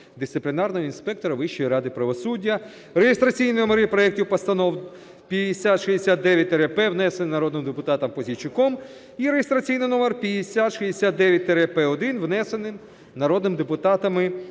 дисциплінарного інспектора Вищої ради правосуддя (реєстраційні номери проектів постанов: 5069-П, внесений народним депутатом Пузійчуком, і реєстраційний номер 5069-П1, внесений народними депутатами